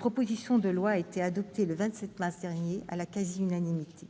la commission des lois et adoptée le 27 mars dernier à la quasi-unanimité.